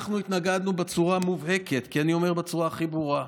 אנחנו התנגדנו בצורה מובהקת כי אני אומר בצורה הכי ברורה: